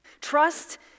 Trust